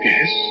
Yes